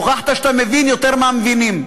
הוכחת שאתה מבין יותר מהמבינים.